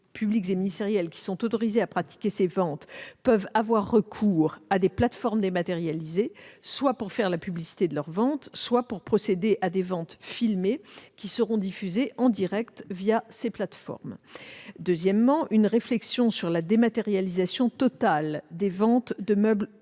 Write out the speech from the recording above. publics et ministériels qui sont autorisés à pratiquer ces ventes peuvent avoir recours à des plateformes dématérialisées, soit pour faire la publicité de leurs ventes, soit pour procéder à des ventes filmées, qui seront diffusées en direct ces plateformes. D'autre part, une réflexion sur la dématérialisation totale des ventes de meubles